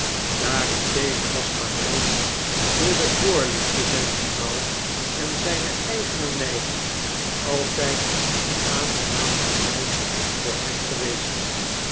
daarentegen was p a r y s door de voorliefde zjjner vrouw en zyne eigene neiging altijd een aangenaam verblyf voor hem geweest